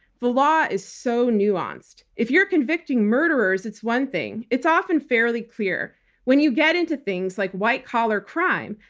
the law is so nuanced. if you're convicting murderers, it's one thing. it's often fairly clear when you get into things like white collar crime.